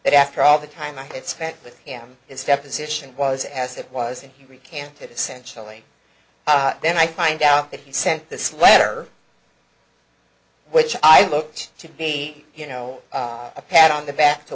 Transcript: that after all the time i spent with him his deposition was as it was in recanted essentially then i find out that he sent this letter which i looked to be you know a pat on the back to